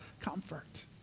comfort